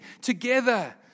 together